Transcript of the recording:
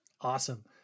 Awesome